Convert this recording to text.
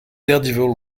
daredevil